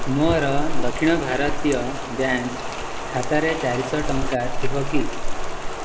ମୋର ଦକ୍ଷିଣ ଭାରତୀୟ ବ୍ୟାଙ୍କ ଖାତାରେ ଚାରିଶହ ଟଙ୍କା ଥିବ କି